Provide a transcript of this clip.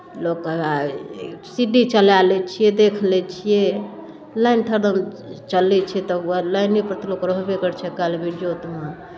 लोक हवए C D चलाए लैत छियै देखि लैत छियै लाइन तऽ हरदम चलै छै तऽ उएह लाइनेपर तऽ लोक रहबे करै छै आइ काल्हि इजोतमे